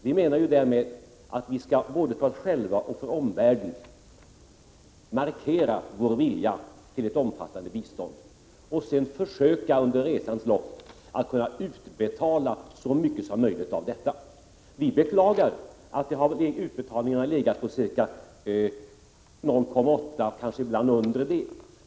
Vi menar därmed att vi både för oss själva och för omvärlden skall markera vår vilja till ett omfattande bistånd och sedan under resans lopp försöka utbetala så mycket som möjligt av detta. Vi beklagar att utbetalningarna har legat på ca 0,8 96, ibland kanske under det.